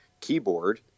keyboard